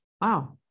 Wow